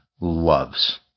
Loves